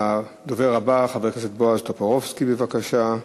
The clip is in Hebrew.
הדובר הבא, חבר הכנסת בועז טופורובסקי, בבקשה.